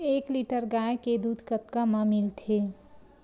एक लीटर गाय के दुध कतका म मिलथे?